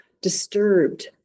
disturbed